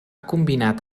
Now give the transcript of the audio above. combinat